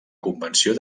convenció